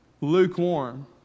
Lukewarm